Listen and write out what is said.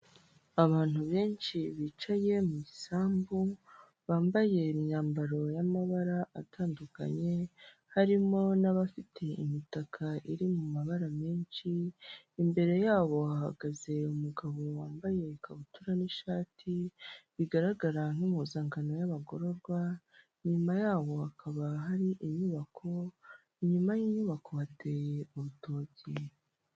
Abantu benshi bicaye mu gisambu bambaye imyambaro y'amabara atandukanye harimo n'abafite imitaka iri mu mabara menshi imbere yabo bahagaze umugabo wambaye ikabutura n'ishati bigaragara nk'impuzankano y'abagororwa inyuma yaho hakaba hari inyubako inyuma y'inyubako hateye urutoki.